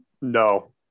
No